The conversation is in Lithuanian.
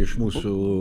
iš mūsų